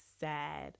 sad